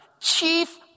chief